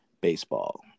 baseball